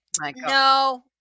no